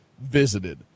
visited